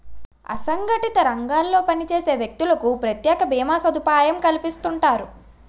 అసంగటిత రంగాల్లో పనిచేసే వ్యక్తులకు ప్రత్యేక భీమా సదుపాయం కల్పిస్తుంటారు